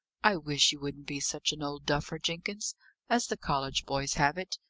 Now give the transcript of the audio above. i wish you wouldn't be such an old duffer, jenkins as the college boys have it!